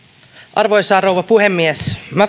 arvoisa rouva puhemies minä